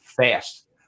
fast